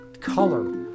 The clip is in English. color